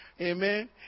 Amen